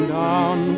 down